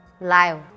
live